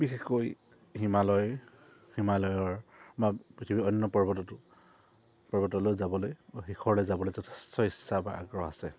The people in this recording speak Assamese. বিশেষকৈ হিমালয় হিমালয়ৰ বা পৃথিৱী অন্য পৰ্বতো পৰ্বতলৈ যাবলৈ শিখৰলৈ যাবলৈ যথেষ্ট ইচ্ছা বা আগ্ৰহ আছে